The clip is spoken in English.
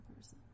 person